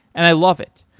and i love it.